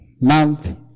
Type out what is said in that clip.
month